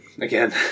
Again